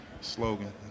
Slogan